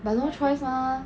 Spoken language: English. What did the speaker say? but no choice mah